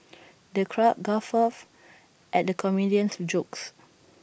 the crowd guffawed at the comedian's jokes